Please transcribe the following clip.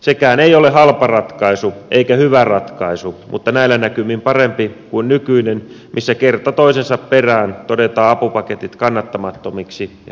sekään ei ole halpa ratkaisu eikä hyvä ratkaisu mutta näillä näkymin parempi kuin nykyinen missä kerta toisensa perään todetaan apupaketit kannattamattomiksi ja riittämättömiksi